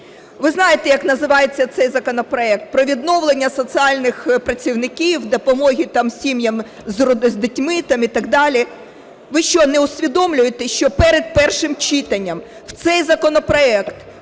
Ви знаєте, як називається цей законопроект? Про відновлення соціальних працівників, допомоги там сім'ям з дітьми, там і так далі. Ви що, не усвідомлюєте, що перед першим читанням в цей законопроект